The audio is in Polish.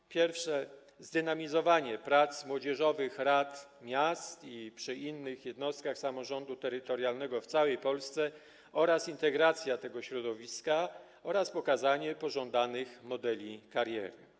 Po pierwsze, zdynamizowanie prac młodzieżowych rad miast i przy innych jednostkach samorządu terytorialnego w całej Polsce oraz integracja tego środowiska, a także pokazanie pożądanych modeli kariery.